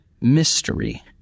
mystery